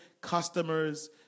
customers